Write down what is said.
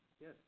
Yes